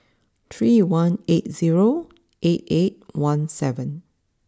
three one eight zero eight eight one seven